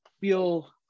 feel